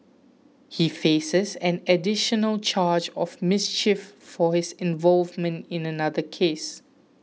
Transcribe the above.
he faces an additional charge of mischief for his involvement in another case